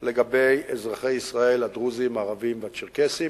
של אזרחי ישראל הדרוזים, הערבים והצ'רקסים.